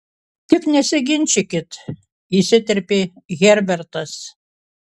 tik nesiginčykit įsiterpė herbertas